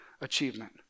achievement